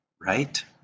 right